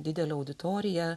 didelę auditoriją